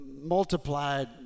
multiplied